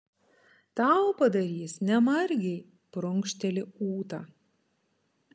tau padarys ne margei prunkšteli ūta